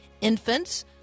infants